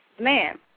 man